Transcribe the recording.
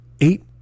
eight